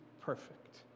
perfect